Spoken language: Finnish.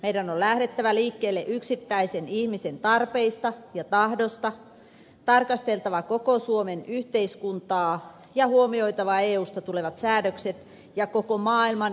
meidän on lähdettävä liikkeelle yksittäisen ihmisen tarpeista ja tahdosta tarkasteltava koko suomen yhteiskuntaa ja huomioitava eusta tulevat säädökset ja koko maailman ilmastopoliittiset ongelmat